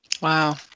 Wow